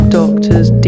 doctors